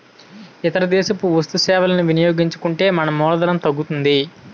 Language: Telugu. ఇతర దేశపు వస్తు సేవలని వినియోగించుకుంటే మన మూలధనం తగ్గుతుంది